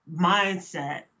mindset